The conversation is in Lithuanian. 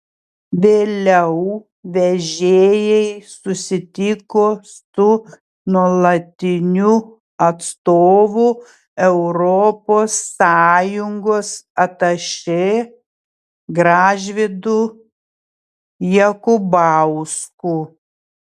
vėliau vežėjai susitiko su nuolatiniu atstovu europos sąjungos atašė gražvydu jakubausku